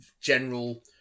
general